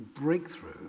breakthrough